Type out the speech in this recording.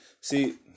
See